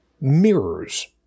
mirrors